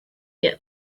get